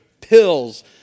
pills